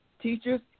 teachers